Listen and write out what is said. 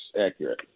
accurate